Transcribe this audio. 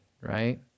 right